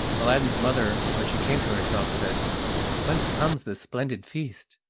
aladdin's mother, when she came to herself, said whence comes this splendid feast?